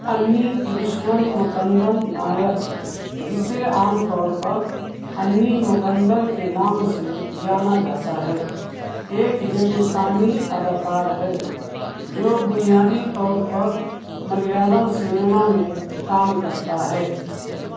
انی کرشنن مکندن نایر جسے عام طور پر انی مکندن کے نام سے جانا جاتا ہے ایک ہندوستانی اداکار ہے جو بنیادی طور پر ملیالم سنیما میں کام کرتا ہے